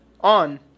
On